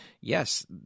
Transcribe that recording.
yes